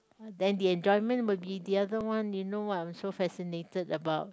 then enjoyment would be the other one you know what I'm so fascinated about